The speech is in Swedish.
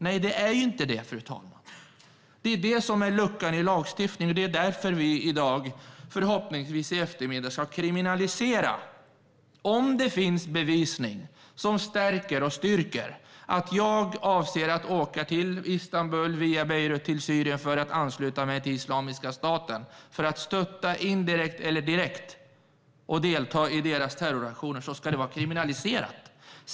Nej, det är inte det, fru talman. Det är det som är luckan i lagstiftningen. Det är därför vi i eftermiddag förhoppningsvis ska kriminalisera det. Om det finns bevisning som styrker att jag avser att åka till Istanbul och via Beirut till Syrien för att ansluta mig till Islamiska staten för att stötta dem indirekt eller direkt och delta i deras terroraktioner ska det vara kriminaliserat.